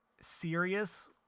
serious